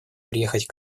приехать